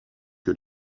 que